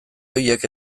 horiek